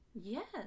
yes